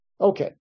okay